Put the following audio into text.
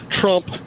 Trump